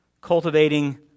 cultivating